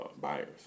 buyers